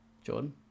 Jordan